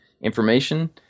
information